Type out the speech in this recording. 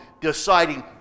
deciding